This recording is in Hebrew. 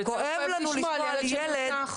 כואב לנו לשמוע על ילד שהתעללו